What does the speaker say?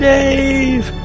Dave